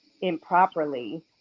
improperly